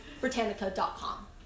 Britannica.com